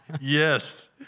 Yes